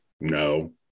No